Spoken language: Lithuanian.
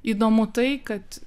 įdomu tai kad